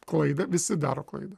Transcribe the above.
klaidą visi daro klaidą